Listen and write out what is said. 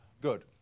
Good